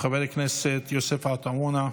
חבר הכנסת יוסף עטאונה,